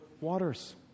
waters